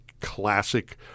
classic